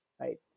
right